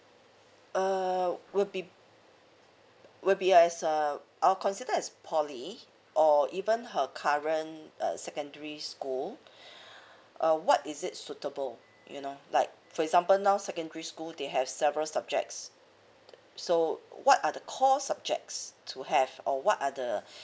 uh will be will be uh as a I'll consider as poly or even her current uh secondary school uh what is it suitable you know like for example now secondary school they have several subjects so what are the core subjects to have or what are the